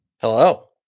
Hello